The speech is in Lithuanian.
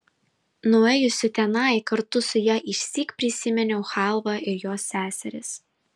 nuėjusi tenai kartu su ja išsyk prisiminiau chalvą ir jos seseris